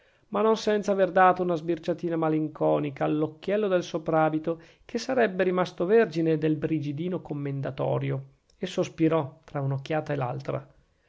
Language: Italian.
ma non senza aver data una sbirciatina malinconica all'occhiello del soprabito che sarebbe rimasto vergine del brigidino commendatorio e sospirò tra un'occhiata e l'altra